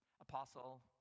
apostle